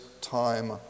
time